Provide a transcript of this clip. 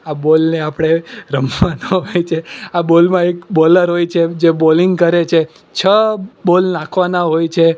આ બોલને આપણે રમવાનો હોય છે આ બોલમાં એક બોલર હોય છે જે બોલિંગ કરે છે છ બોલ નાખવાના હોય છે